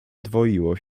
dwoiło